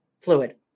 fluid